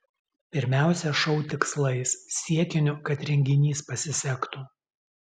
pirmiausia šou tikslais siekiniu kad renginys pasisektų